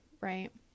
right